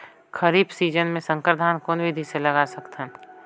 खरीफ season मे संकर धान कोन विधि ले लगा सकथन?